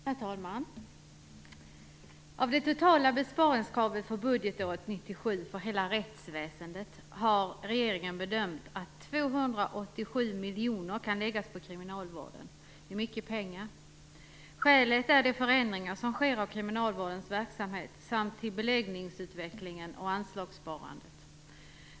Herr talman! Av det totala besparingskravet på hela rättsväsendet för budgetåret 1997, har regeringen bedömt att 287 miljoner kronor kan läggas på kriminalvården. Det är mycket pengar. Skälet är de förändringar som sker i kriminalvårdens verksamhet, i beläggningsutvecklingen och i anslagssparandet.